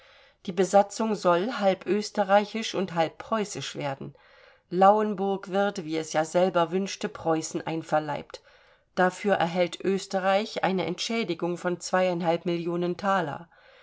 die besatzung soll halb österreichisch und halb preußisch werden lauenburg wird wie es ja selber wünschte preußen einverleibt dafür erhält österreich eine entschädigung von zweieinhalb millionen thaler